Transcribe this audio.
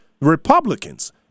Republicans